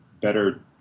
better